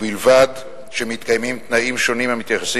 ובלבד שמתקיימים תנאים שונים המתייחסים